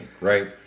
right